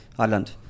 Ireland